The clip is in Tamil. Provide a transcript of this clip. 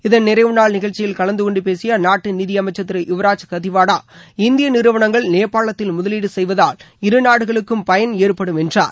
இதன் நிறைவுநாள் நிகழ்ச்சியில் கலந்துகொண்டு பேசிய அந்நாட்டு நிதியமைச்சர் திரு யுவராஜ் கத்திவாடா இந்திய நிறுவனங்கள் நேபாளத்தில் முதலீடு செய்வதால் இருநாடுகளுக்கும் பயன் ஏற்படும் என்றார்